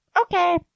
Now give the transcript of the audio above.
Okay